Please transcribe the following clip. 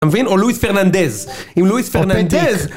אתה מבין? או לואיס פרננדז. עם לואיס פרננדז...